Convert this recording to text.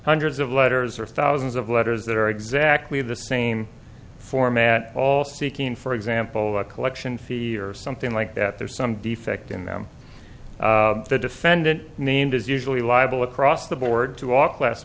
hundreds of letters or thousands of letters that are exactly the same format all seeking for example a collection c or something like that there's some defect in them the defendant named is usually liable across the board to walk l